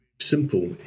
simple